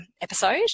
episode